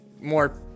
more